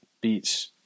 beats